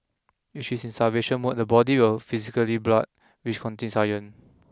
if she's in starvation mode the body will physically blood which contains iron